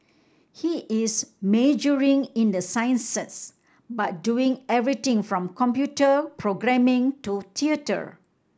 he is majoring in the sciences but doing everything from computer programming to theatre